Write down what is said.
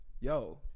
yo